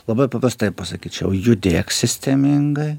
labai paprastai pasakyčiau judėk sistemingai